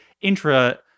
intra